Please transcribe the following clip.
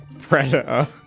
Predator